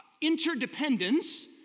interdependence